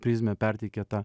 prizmė perteikia tą